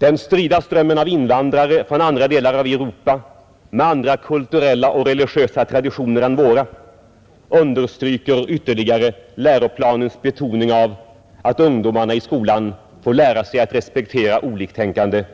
Den strida strömmen av invandrare från andra delar av Europa med andra kulturella och religiösa traditioner än våra understryker ytterligare läroplanens betoning av att ungdomarna i skolan får lära sig att respektera oliktänkande